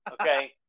Okay